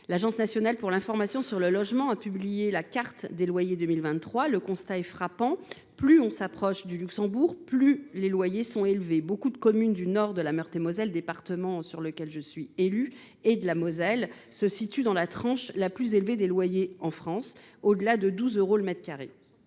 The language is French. L’Agence nationale pour l’information sur le logement (Anil) a publié la carte des loyers 2023. Le constat est frappant : plus l’on s’approche du Luxembourg, plus le loyer est élevé. Nombre de communes du nord de la Meurthe et Moselle, département dont je suis élue, et de la Moselle se situent dans la tranche la plus élevée des loyers en France, au delà de 12 euros le mètre carré.